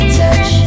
touch